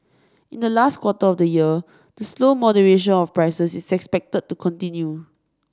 in the last quarter of the year the slow moderation of prices is expected to continue